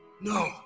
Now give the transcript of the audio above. no